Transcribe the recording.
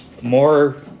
more